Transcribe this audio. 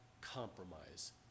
compromise